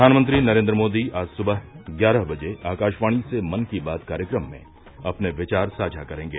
प्रधानमंत्री नरेन्द्र मोदी आज सुबह ग्यारह बजे आकाशवाणी से मन की बात कार्यक्रम में अपने विचार साझा करेंगे